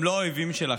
הם לא אויבים שלכם,